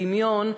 בדמיון,